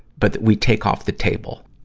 but that we take off the table.